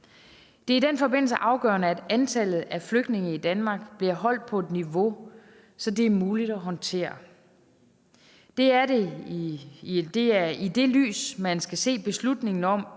Det er i den forbindelse afgørende, at antallet af flygtninge i Danmark bliver holdt på et niveau, som det er muligt at håndtere. Det er i det lys, man skal se beslutningen om